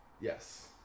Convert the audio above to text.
Yes